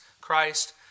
Christ